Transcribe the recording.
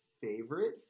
favorite